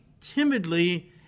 timidly